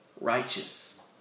Righteous